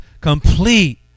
complete